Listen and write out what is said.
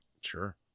Sure